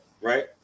right